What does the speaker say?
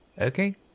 Okay